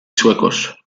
suecos